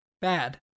Bad